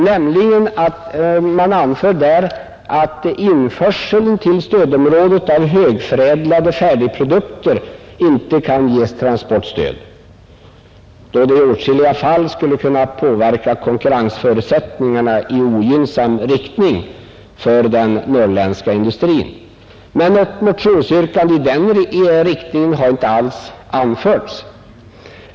Utskottsmajoriteten anför att införseln till stödområdet av högförädlade färdigprodukter inte kan ges transportstöd, då det i åtskilliga fall skulle kunna påverka konkurrensförutsättningarna i ogynnsam riktning för den norrländska industrin. Något motionsyrkande i den riktningen har inte anförts.